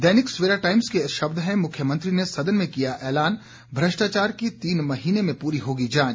दैनिक Savera times के शब्द हैं मुख्यमंत्री ने सदन में किया ऐलान भ्रष्टाचार की तीन महीने में पूरी होगी जांच